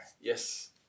Yes